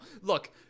Look